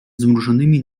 zmrużonymi